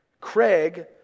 Craig